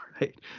Right